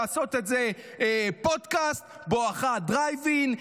לעשות את זה פודקאסט בואכה דרייב-אין,